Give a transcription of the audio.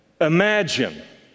Imagine